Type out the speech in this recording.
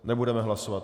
Nebudeme hlasovat.